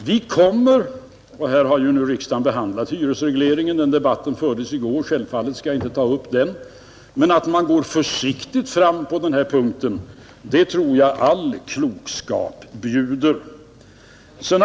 Riksdagen har just behandlat hyresregleringen — den debatten fördes i förrgår och jag skall självfallet inte ta upp den igen, men jag tror att all klokskap bjuder att man går försiktigt fram på den här punkten.